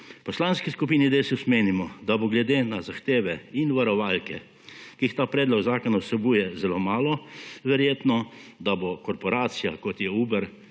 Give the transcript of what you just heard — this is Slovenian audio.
Poslanski skupini Desus menimo, da bo glede na zahteve in varovalke, ki jih ta predlog zakona vsebuje, zelo malo verjetno, da bo korporacija, kot je Uber